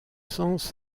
sens